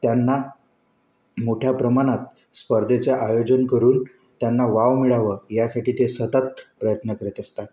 त्यांना मोठ्या प्रमाणात स्पर्धेचं आयोजन करून त्यांना वाव मिळावं यासाठी ते सतत प्रयत्न करीत असतात